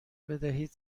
بدهید